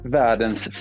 världens